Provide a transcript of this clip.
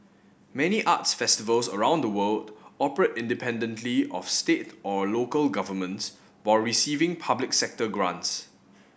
many arts festivals around the world operate independently of state or local governments while receiving public sector grants